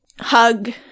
hug